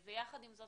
יחד עם זאת,